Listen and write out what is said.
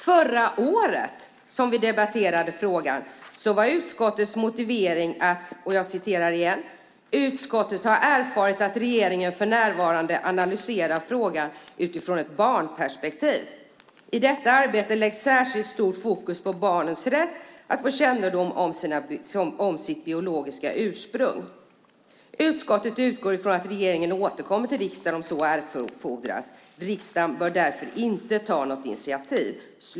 Förra året som vi debatterade frågan var utskottets motivering att utskottet hade "erfarit att regeringen för närvarande analyserar frågan utifrån ett barnperspektiv. I detta arbete läggs särskild fokus på barnens rätt att få kännedom om sitt biologiska ursprung. Utskottet utgår ifrån att regeringen återkommer till riksdagen om så erfordras. Riksdagen bör därför inte ta något initiativ."